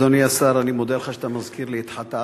אדוני השר, אני מודה לך על שאתה מזכיר לי את חטאי.